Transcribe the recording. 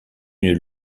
une